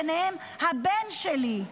ביניהם הבן שלי.